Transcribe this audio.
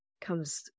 comes